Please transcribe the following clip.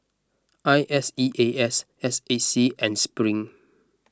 I S E A S S A C and Spring